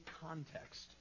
context